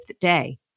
day